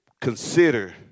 consider